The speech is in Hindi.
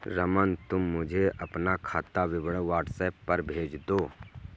रमन, तुम मुझे अपना खाता विवरण व्हाट्सएप पर भेज दो